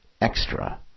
extra